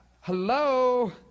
hello